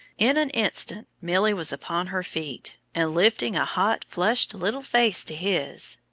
in an instant milly was upon her feet, and lifting a hot flushed little face to his,